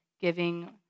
giving